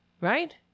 Right